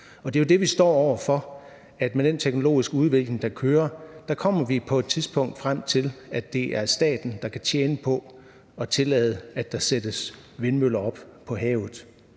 Det er jo det, vi står over for. Med den teknologiske udvikling, der kører, kommer vi på et tidspunkt frem til, at det er staten, der kan tjene på at tillade, at der sættes vindmøller op på havet,